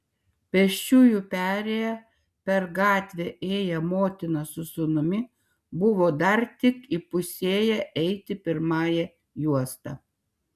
pėsčiųjų perėja per gatvę ėję motina su sūnumi buvo dar tik įpusėję eiti pirmąja juosta